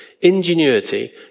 ingenuity